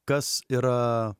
kas yra